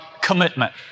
commitment